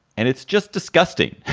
and it's just disgusting.